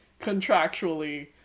contractually